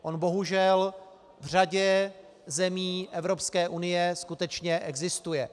On bohužel v řadě zemí Evropské unie skutečně existuje.